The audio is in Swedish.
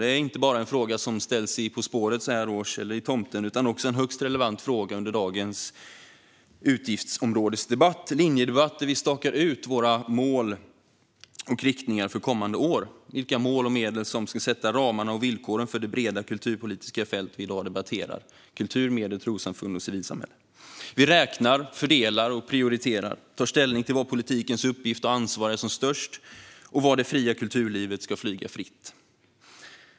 Det är inte bara en fråga som ställs i På spåret eller i dikten Tomten så här års, utan det är också en högst relevant fråga under dagens linjedebatt där vi stakar ut riktningen för kommande år och debatterar vilka mål och medel som ska sätta ramarna och villkoren för detta breda kulturpolitiska fält som rör kultur, medier, trossamfund och civilsamhället. Vi räknar, fördelar och prioriterar. Vi tar ställning till var politikens uppgift och ansvar är som störst och var det fria kulturlivet ska flyga fritt.